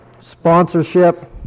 sponsorship